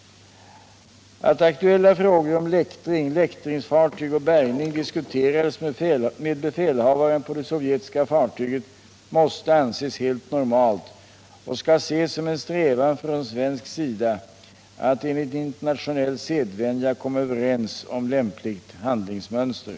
ersatta Att aktuella frågor om läktring, läktringsfartyg och bärgning disku Om befogenheten terades med befälhavaren på det sovjetiska fartyget måste anses helt för svensk myndignormalt och skall ses som en strävan från svensk sida att enligt in = het att ingripa mot ternationell sedvänja komma överens om lämpligt handlingsmönster.